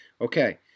Okay